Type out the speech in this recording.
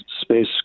space